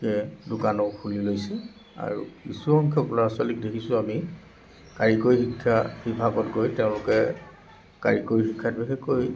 সেয়ে দোকানো খুলি লৈছে আৰু কিছুসংখ্যক ল'ৰা ছোৱালীক দেখিছোঁ আমি কাৰিকৰী শিক্ষা বিভাগত গৈ তেওঁলোকে কাৰিকৰী শিক্ষাটোহে কৰি